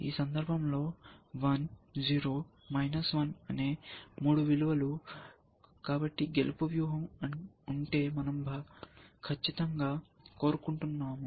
ఈ సందర్భంలో 1 0 అనే మూడు విలువలు కాబట్టి గెలుపు వ్యూహం ఉంటే మనం ఖచ్చితంగా కోరుకుంటున్నాము